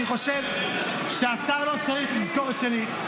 אני חושב שהשר לא צריך תזכורת שלי.